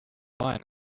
wine